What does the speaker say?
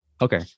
Okay